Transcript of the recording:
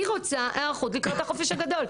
אני רוצה דיון היערכות לקראת החופש הגדול.